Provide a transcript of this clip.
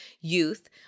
youth